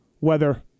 weather